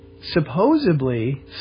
supposedly